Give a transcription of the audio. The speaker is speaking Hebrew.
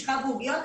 משחה ועוגיות,